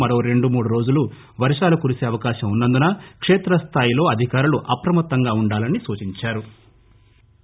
మరో రెండు మూడురోజులు వర్గాలు కురీసే అవకాశం ఉన్నందున కేత్రస్థాయిలో అధికారులు అప్రమత్తంగా ఉండాలని సూచించారు